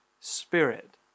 Spirit